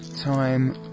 time